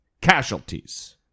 casualties